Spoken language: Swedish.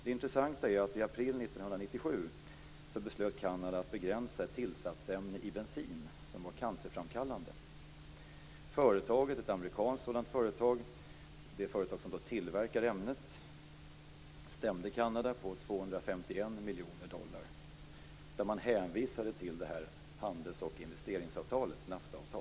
I april 1997 beslöt man i Kanada att begränsa ett tillsatsämne i bensin som är cancerframkallande. Det amerikanska företaget som tillverkar ämnet stämde kanadensiska staten på 251 miljoner dollar och hänvisade till handels och investeringsavtalet, NAFTA.